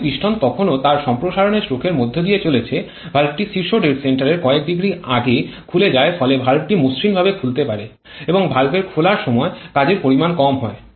যেহেতু পিস্টন তখনও তার সম্প্রসারণের স্ট্রোকের মধ্য দিয়ে চলে ভালভটি শীর্ষ ডেড সেন্টারে কয়েক ডিগ্রি আগে খুলে যায় ফলে ভালভটি মসৃণ ভাবে খুলতে পারে এবং ভালভের খোলার সময় কাজের পরিমাণ কম হয়